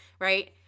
right